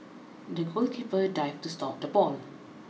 the goalkeeper dived to stop the ball